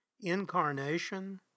incarnation